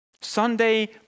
Sunday